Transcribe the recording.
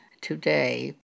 today